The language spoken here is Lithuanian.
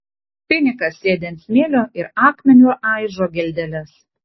finikas sėdi ant smėlio ir akmeniu aižo geldeles